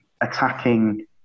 attacking